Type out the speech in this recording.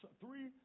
Three